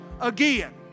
again